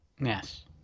Yes